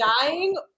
dying